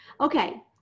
Okay